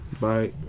Bye